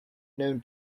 known